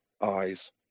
eyes